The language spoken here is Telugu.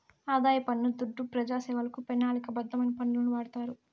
ఆదాయ పన్ను దుడ్డు పెజాసేవలకు, పెనాలిక బద్ధమైన పనులకు వాడతారు